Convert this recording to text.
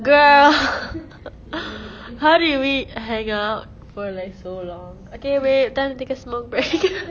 girl how did we hang out for like so long okay wait time to take a smoke break